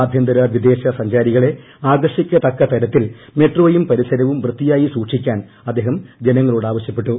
ആഭൃന്തര വിദേശ സഞ്ചാരികളെ ആകർഷിക്കത്ത്ക്കത്രത്തിൽ മെട്രോയും പരിസരവും വൃത്തിയായി സൂക്ഷിക്കാൻ അദ്ദേഹം ജനങ്ങളോട് ആവശ്യപ്പെട്ടു